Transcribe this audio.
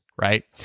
right